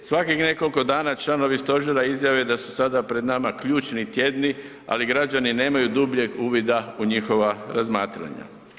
Svakih nekoliko dana članovi stožera izjave da su sada pred nama ključni tjedni, ali građani nemaju dubljeg uvida u njihova razmatranja.